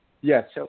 Yes